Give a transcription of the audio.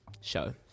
Show